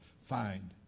find